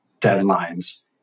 deadlines